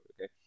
okay